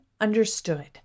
understood